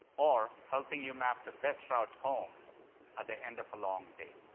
or helping you map the best route home at the end of a long day.